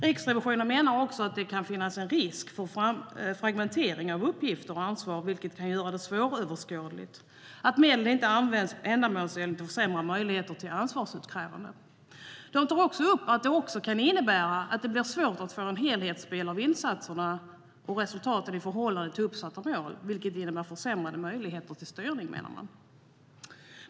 Riksrevisionen menar också att det kan finnas en risk för fragmentering av uppgifter och ansvar, vilket kan göra det svåröverskådligt, samt att medel inte används ändamålsenligt och försämrar möjligheter till ansvarsutkrävande. Man tar också upp att det kan innebära att det blir svårt att få en helhetsbild av insatsernas resultat i förhållande till uppsatta mål, vilket innebär försämrade möjligheter till styrning.